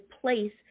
place